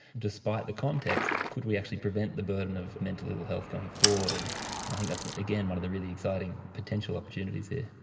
despite the context, could we actually prevent the burden of mental ill health going forward, and i think that is, again, one of the really exciting potential opportunities here.